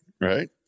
right